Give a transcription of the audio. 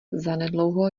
zanedlouho